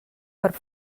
per